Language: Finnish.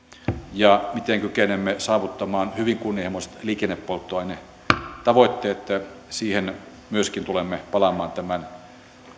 ja miten kykenemme saavuttamaan hyvin kunnianhimoiset liikennepolttoainetavoitteet siihen myöskin tulemme palaamaan tämän